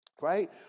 right